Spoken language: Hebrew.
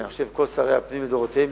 אני חושב שכל שרי הפנים מש"ס לדורותיהם,